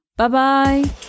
Bye-bye